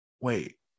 Wait